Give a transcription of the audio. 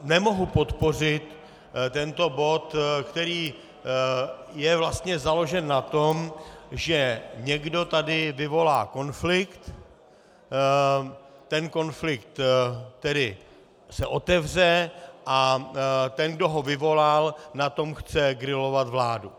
Nemohu podpořit tento bod, který je vlastně založen na tom, že někdo tady vyvolá konflikt, ten konflikt se otevře a ten, kdo ho vyvolal, na tom chce grilovat vládu.